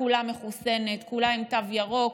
וכולה מחוסנת וכולה עם תו ירוק.